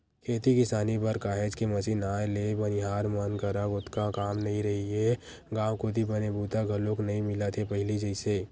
खेती किसानी बर काहेच के मसीन आए ले बनिहार मन करा ओतका काम नइ रहिगे गांव कोती बने बूता घलोक नइ मिलत हे पहिली जइसे